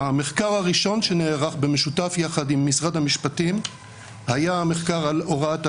המחקר הראשון שנערך במשותף עם משרד המשפטים היה המחקר על הוראת השעה.